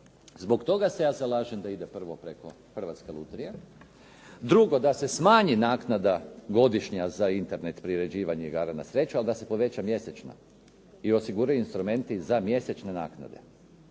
Zbog toga se ja zalažem da ide preko Hrvatske lutrije. Drugo, da se smanji naknada godišnja za internet priređivanja igara na sreću, ali da se poveća mjesečna i osiguraju instrumenti za mjesečne naknade